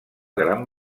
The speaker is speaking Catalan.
gran